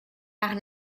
par